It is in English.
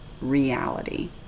reality